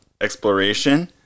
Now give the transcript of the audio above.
exploration